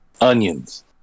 Onions